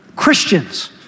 Christians